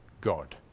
God